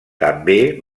també